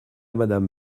madame